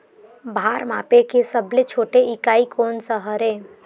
भार मापे के सबले छोटे इकाई कोन सा हरे?